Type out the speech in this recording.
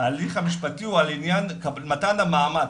ההליך המשפטי הוא על עניין מתן המעמד,